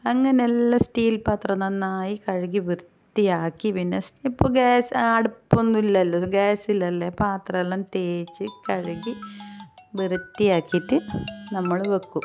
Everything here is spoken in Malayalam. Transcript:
അങ്ങനെയെല്ലാം സ്റ്റീൽ പാത്രം നന്നായി കഴുകി വൃത്തിയാക്കി പിന്നെ ഇപ്പോൾ ഗ്യാസ് അടുപ്പൊന്നുമില്ലല്ലോ ഗ്യാസില്ലല്ലേ പാത്രമെല്ലാം തേച്ച് കഴുകി വൃത്തിയാക്കിയിട്ട് നമ്മൾ വെക്കും